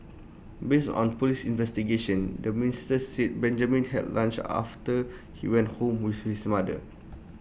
based on Police investigations the minister said Benjamin had lunch after he went home with his mother